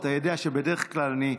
אתה יודע שבדרך כלל אני,